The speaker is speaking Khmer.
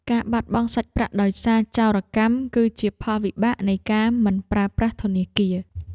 ការបាត់បង់សាច់ប្រាក់ដោយសារចោរកម្ម គឺជាផលវិបាកនៃការមិនប្រើប្រាស់ធនាគារ។